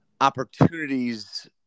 opportunities